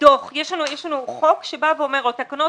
חוק או תקנות,